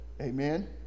amen